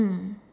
mm